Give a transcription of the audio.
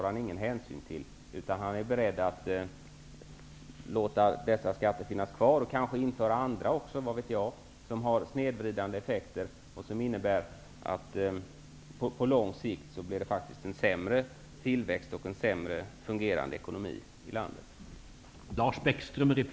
Han är beredd att låta dessa skatter finnas kvar. Kanske vill han också införa andra skatter som har snedvridande effekter och som innebär att det på lång sikt faktiskt blir en sämre tillväxt och en sämre fungerande ekonomi i landet. Vad vet jag?